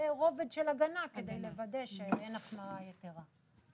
רובד של הגנה כדי לוודא שאין החמרה יתרה.